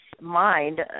mind